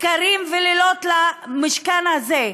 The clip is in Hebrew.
בקרים ולילות למשכן הזה,